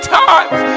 times